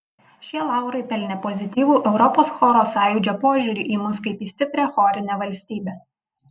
šie laurai pelnė pozityvų europos choro sąjūdžio požiūrį į mus kaip į stiprią chorinę valstybę